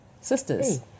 Sisters